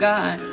God